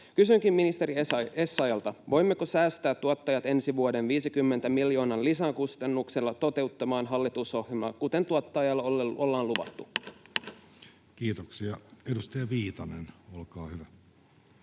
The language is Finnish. Kysynkin ministeri Essayah’lta: voimmeko säästää tuottajat ensi vuoden 50 miljoonan lisäkustannukselta toteuttamalla hallitusohjelmaa, kuten tuottajille ollaan